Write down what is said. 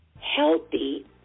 healthy